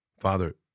Father